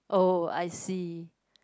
oh I see